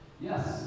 Yes